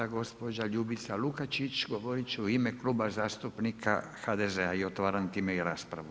Sada gospođa Ljubica Lukačić, govorit će u ime Kluba zastupnika HDZ-a i otvaram time i raspravu.